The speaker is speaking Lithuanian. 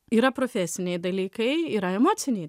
yra profesiniai dalykai yra emociniai